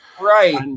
Right